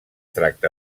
tracta